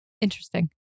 Interesting